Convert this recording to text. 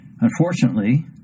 Unfortunately